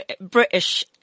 British